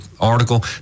article